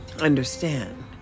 understand